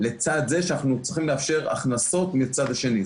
לצד זה שאנחנו צריכים לאפשר הכנסות מצד השני.